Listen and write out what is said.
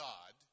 God